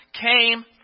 came